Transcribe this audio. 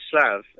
Slav